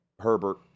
Herbert